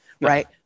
right